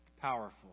powerful